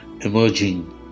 emerging